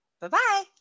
Bye-bye